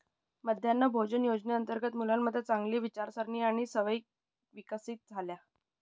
मध्यान्ह भोजन योजनेअंतर्गत मुलांमध्ये चांगली विचारसारणी आणि सवयी विकसित झाल्या